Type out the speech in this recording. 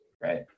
right